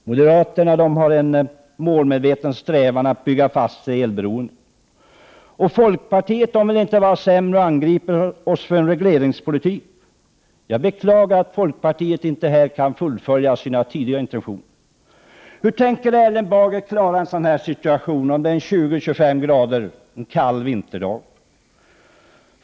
Moderaterna har en målmedveten strävan att bygga fast oss i elberoendet. Folkpartiet vill inte vara sämre och angriper oss för en regleringspolitik. Jag beklagar att folkpartiet här inte kan fullfölja sina tidigare intentioner. Hur tänker Erling Bager klara situationen när det är 20 till 25 grader kallt en vinterdag?